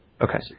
Okay